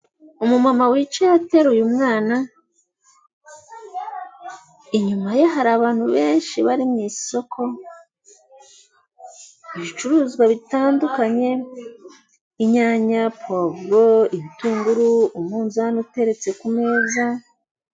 Umumama wicaye ateruye umwana, inyuma ye hari abantu benshi bari mu isoko, ibicuruzwa bitandukanye: inyanya, puwavuro, ibitunguru, umunzani uteretse ku meza,...